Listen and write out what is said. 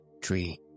tree